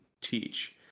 teach